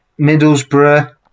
Middlesbrough